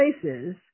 places